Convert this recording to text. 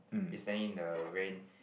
is standing in the rain